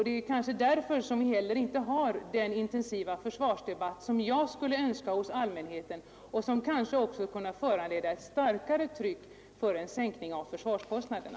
Det är kanske därför som vi inte har den intensiva försvarsdebatt hos allmänheten som vi önskar och som kanske skulle kunna föranleda ett starkare opinionstryck för en sänkning av försvarskostnaderna.